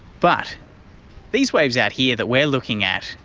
but these waves out here that we are looking at,